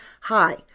Hi